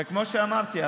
כמו שאמרתי,